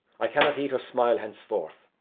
i cannot eat or smile henceforth.